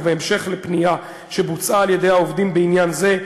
ובהמשך לפניית העובדים בעניין זה,